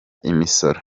imisoro